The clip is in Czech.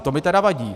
To mi tedy vadí.